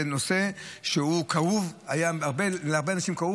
זה נושא שהוא כאוב להרבה אנשים,